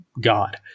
God